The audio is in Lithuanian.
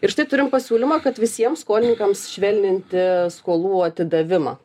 ir štai turim pasiūlymą kad visiem skolininkams švelninti skolų atidavimą